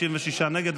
56 נגד,